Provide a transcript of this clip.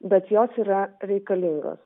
bet jos yra reikalingos